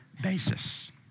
basis